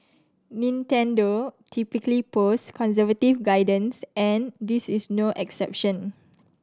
Nintendo typically post conservative guidance and this is no exception